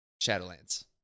Shadowlands